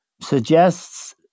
suggests